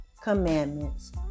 commandments